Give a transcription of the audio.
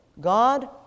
God